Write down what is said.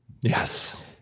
Yes